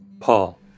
Paul